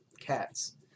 cats